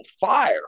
fire